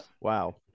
Wow